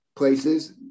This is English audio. places